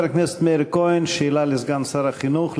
חבר הכנסת מאיר כהן, שאלה לסגן שר החינוך.